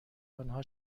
آنها